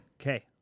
Okay